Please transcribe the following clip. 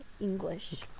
English